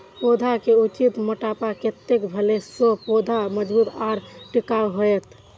पौधा के उचित मोटापा कतेक भेला सौं पौधा मजबूत आर टिकाऊ हाएत?